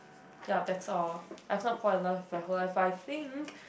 ya that's all I is not fall in love in whole life fine I think